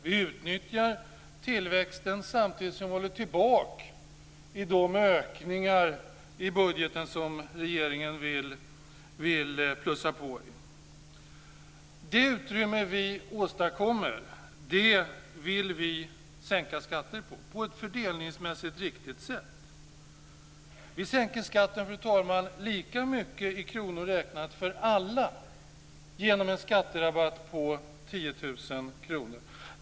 Vi utnyttjar tillväxten, samtidigt som vi håller tillbaka i de ökningar i budgeten som regeringen vill plussa på. Vi vill sänka skatterna i det utrymme som skapas på ett fördelningsmässigt riktigt sätt. Vi sänker skatten lika mycket i kronor räknat för alla med hjälp av en skatterabatt på 10 000 kr.